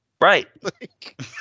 Right